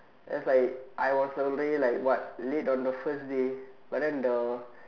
as I I was already like what late on the first day but then the